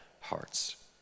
hearts